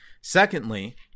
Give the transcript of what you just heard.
Secondly